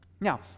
Now